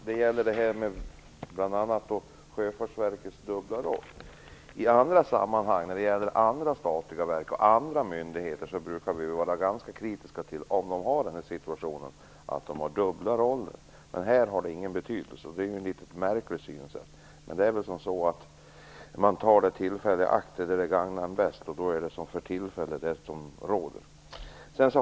Fru talman! Jag vill ta upp bl.a. Sjöfartsverkets dubbla roller. I andra sammanhang brukar vi vara ganska kritiska till att statliga verk och myndigheter har dubbla roller i en sådan här situation. Men här har det tydligen ingen betydelse, och det är ett märkligt synsätt. Men det är väl så att man tar tillfället i akt när det gagnar en bäst, och det är det som gäller för tillfället.